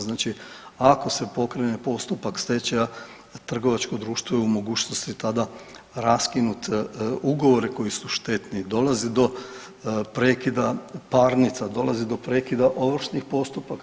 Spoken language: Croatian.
Znači ako se pokrene postupak stečaja trgovačko društvo je u mogućnosti tada raskinuti ugovore koji su štetni i dolazi do prekida parnica, dolazi do prekida ovršnih postupaka.